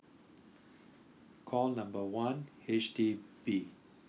call number one H_D_B